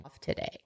today